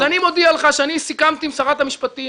אז אני מודיע לך שאני סיכמתי עם שרת המשפטים